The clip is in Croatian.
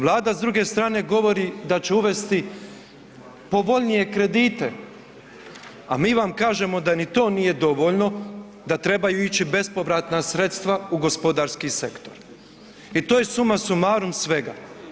Vlada s druge strane govori da će uvesti povoljnije kredite, a mi vam kažemo da ni to nije dovoljno, da trebaju ići bespovratna sredstva u gospodarski sektor i to je summa summarum svega.